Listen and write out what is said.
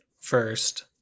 first